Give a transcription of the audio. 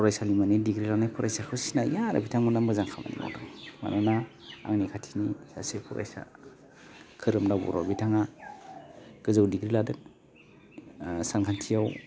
फरायसालिमानि डिग्रि लानाय फरायसाखौ सिनायो आरो बिथांमोनहा मोजां खामानि मावदों मानोना आंनि खाथिनि सासे फरायसाया खोरोमदाव बर' बिथाङा गोजौ डिग्रि लादों सानखान्थियाव